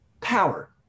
power